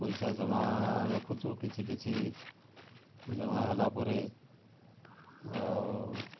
ପଇସା ଜମା ରଖୁଛୁ କିଛି କିଛି ଜମା ହେଲା ପରେ ଆଉ